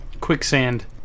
Quicksand